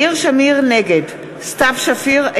נגד סתיו שפיר,